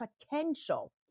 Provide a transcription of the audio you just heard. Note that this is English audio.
potential